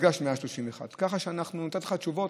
במפגש 131. אנחנו נתנו לך תשובות,